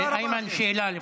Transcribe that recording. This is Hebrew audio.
איימן, שאלה: